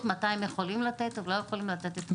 מתי הם יכולים לתת או לא יכולים לתת את השירות.